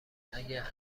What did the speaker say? اگه